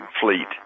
fleet